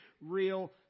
real